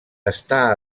està